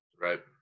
Right